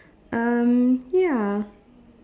um ya